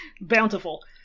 Bountiful